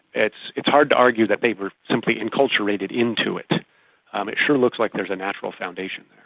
it's it's hard to argue that they were simply enculturated into it. um it sure looks like there's a natural foundation